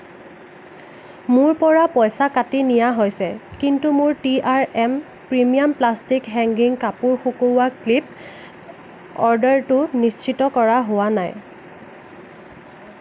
মোৰ পৰা পইচা কাটি নিয়া হৈছে কিন্তু মোৰ T R M premium plastic hanging কাপোৰ শুকুওৱা ক্লিপ অৰ্ডাৰটো নিশ্চিত কৰা হোৱা নাই